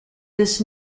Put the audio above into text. this